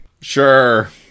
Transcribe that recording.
Sure